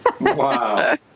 Wow